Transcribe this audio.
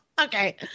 Okay